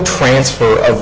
transfer of